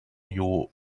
you